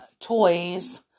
toys